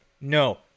no